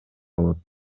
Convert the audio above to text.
болот